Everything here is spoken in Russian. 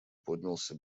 поднялся